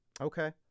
okay